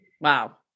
wow